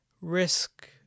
risk